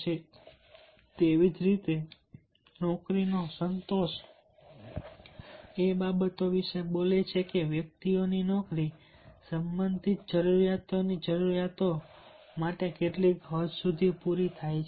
અને તેવી જ રીતે નોકરીનો સંતોષ એ બાબતો વિશે બોલે છે કે વ્યક્તિઓની નોકરી સંબંધિત જરૂરિયાતોની જરૂરિયાતો કેટલી હદે પૂરી થાય છે